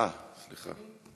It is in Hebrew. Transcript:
אה, סליחה.